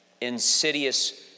insidious